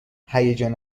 هیجان